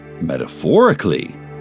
metaphorically